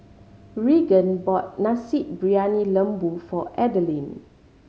Raegan bought Nasi Briyani Lembu for Adalynn